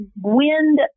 wind